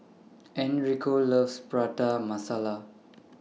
Enrico loves Prata Masala